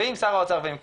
ועם שר האוצר ועם כולם.